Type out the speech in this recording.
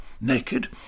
Naked